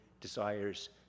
desires